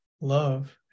love